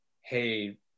Hey